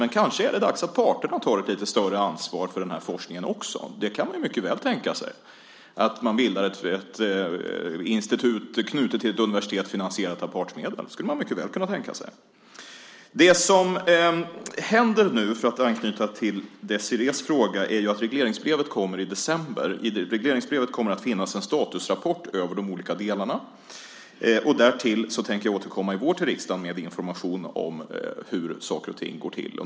Men kanske är det dags att parterna tar ett större ansvar för forskningen. Det kan mycket väl tänkas att det bildas ett institut knutet till ett universitet och finansierat av partsmedel. Det går mycket väl att tänka sig. Låt mig anknyta till Désirées fråga. Det som nu händer är att regleringsbrevet kommer i december. I regleringsbrevet kommer att finnas en statusrapport över de olika delarna. Därtill tänker jag återkomma i vår till riksdagen med information om hur saker och ting går till.